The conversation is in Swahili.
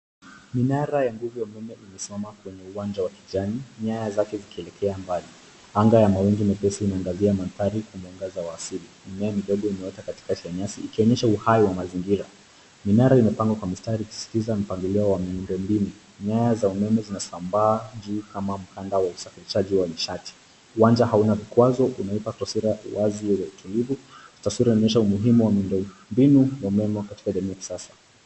Minara ya nguvu ya umeme imesimama kwenye uwanja wa kijani, nyaya zake zikielekea mbali. Anga ya mawingu mepesi imeangazia mandhari kwenye mwangaza wa asili. Mimea midogo imeota katikati ya nyasi, ikionyesha uhai wa mazingira. Minara imepangwa kwa mistari ikisisitiza mipangilio ya miundombinu. Nyaya za umeme zinasambaa juu kama mtandao wa usafirishaji wa nishati. Kiwanja hauna vikwazo unaipa taswira wazi yenye utulivu. Taswira unaonyesha umuhimu wa miundombinu, na umeme katika jamii ya kisasa.